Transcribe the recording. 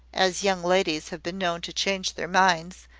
as young ladies have been known to change their minds,